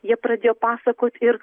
jie pradėjo pasakot ir